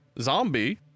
zombie